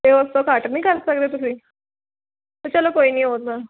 ਅਤੇ ਉਸ ਤੋਂ ਘੱਟ ਨਹੀਂ ਕਰ ਸਕਦੇ ਤੁਸੀਂ ਚਲੋ ਕੋਈ ਨਹੀਂ ਉਹਦਾ